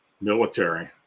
military